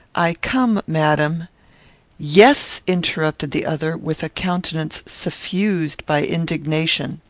i come, madam yes, interrupted the other, with a countenance suffused by indignation,